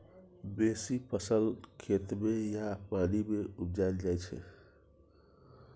बेसी फसल खेत मे या पानि मे उपजाएल जाइ छै